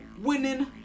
winning